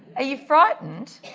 are you frightened?